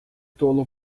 tolo